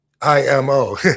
IMO